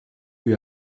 lui